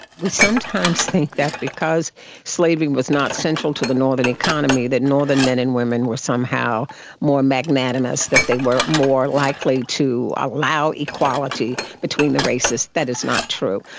we sometimes think that because slavery was not central to the northern economy, that northern men and women were somehow more magnanimous, that they were more likely to allow equality between the races. that is not true.